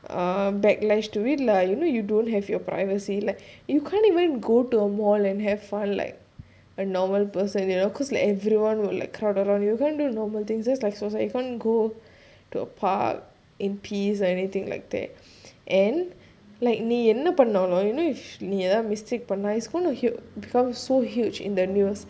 a backlash to it lah you know you don't have your privacy like you can't even go to a mall and have fun like a normal person you know cause like everyone will crowd around you can't do normal things that's like so sad you can't go to a park in peace or anything like that and like நீஎன்னபண்ணாலும்:nee enna pannalum you know if நீஎன்ன:nee enna it's going to become so huge in the news